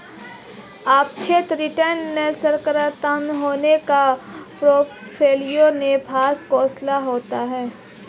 सापेक्ष रिटर्न सकारात्मक होने से पोर्टफोलियो के पास कौशल होता है